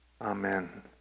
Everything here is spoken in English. Amen